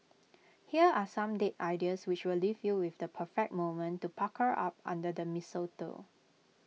here are some date ideas which will leave you with the perfect moment to pucker up under the mistletoe